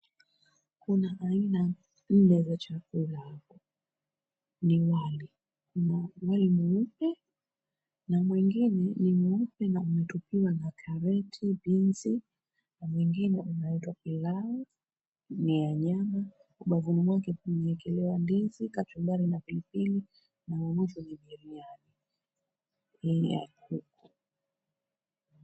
Kuna aina nne za chakula:ni wali. Kuna wali mweupe na mwengine ni mweupe na umetupiwa makaroti binsi na mwingine unaitwa pilau, ni ya nyama. Ubavuni mwake kumeekelewa ndizi, kachumbari na pilipili na wa mwisho ni biriani.